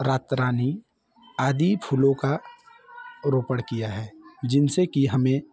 रात रानी आदी फूलों का रोपण किया है जिनसे की हमें